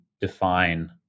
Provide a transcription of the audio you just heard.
define